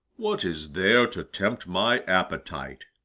what is there to tempt my appetite?